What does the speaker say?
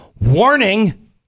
warning